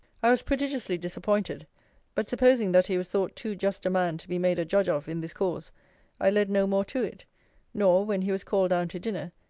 i was prodigiously disappointed but supposing that he was thought too just a man to be made a judge of in this cause i led no more to it nor, when he was called down to dinner,